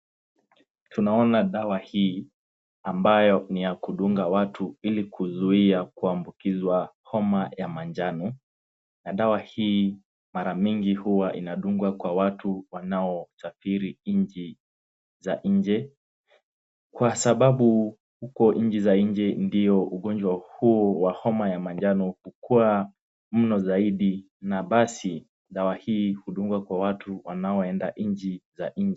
Tunaona dawa hii ambayo ni ya kudunga watu ili kuzuia kuambukizwa homa ya manjano na dawa hii mara mingi huwa inadungwa kwa watu wanaosafiri nchi za nje kwa sababu huko nchi za nje ndio ugonjwa huu wa homa ya manjano huwa muno zaidi na basi dawa hii hudungwa kwa watu wanaoenda nchi za nje.